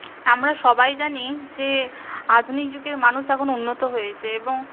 আমরা সবাই জানি যে আধুনিক যুগের মানুষ এখন উন্নত হয়েছে এবং